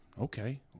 okay